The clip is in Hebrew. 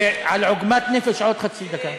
ועל עוגמת נפש עוד חצי דקה.